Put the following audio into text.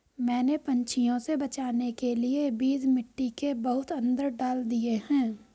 मैंने पंछियों से बचाने के लिए बीज मिट्टी के बहुत अंदर डाल दिए हैं